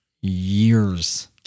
years